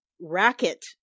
racket